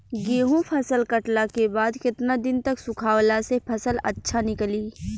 गेंहू फसल कटला के बाद केतना दिन तक सुखावला से फसल अच्छा निकली?